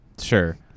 sure